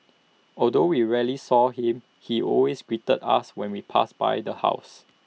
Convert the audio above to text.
although we rarely saw him he always greeted us when we passed by the house